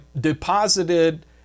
deposited